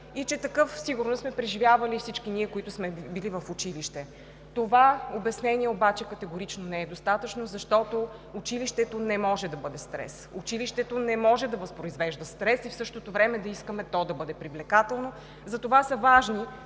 и че такъв сигурно сме преживявали всички ние, които сме били в училище. Това обяснение обаче категорично не е достатъчно, защото училището не може да бъде стрес. Училището не може да възпроизвежда стрес и в същото време да искаме то да бъде привлекателно. Затова са важни